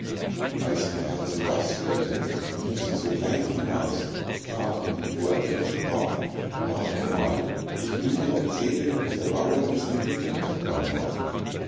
als die katze das hörte lief sie sogleich hinaus trat an die pforte und sprach wart einmal ich will dir erzählen wie der bauer es mit dem winterkorn macht